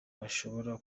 bashobora